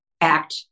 act